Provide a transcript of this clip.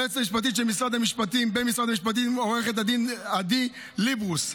ליועצת המשפטים במשרד המשפטים, עו"ד עדי ליברוס,